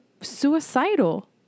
suicidal